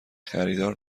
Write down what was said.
خریدار